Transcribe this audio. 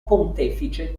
pontefice